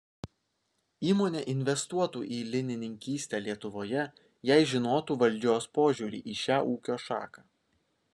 įmonė investuotų į linininkystę lietuvoje jei žinotų valdžios požiūrį į šią ūkio šaką